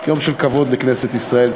יום של כבוד לכנסת ישראל.